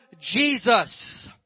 Jesus